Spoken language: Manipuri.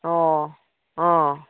ꯑꯣ ꯑꯥ